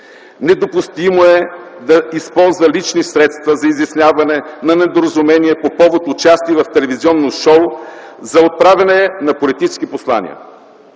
Недопустимо е да използва лични средства за изясняване на недоразумения по повод участие в телевизионно шоу, за отправяне на политически послания,